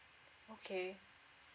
okay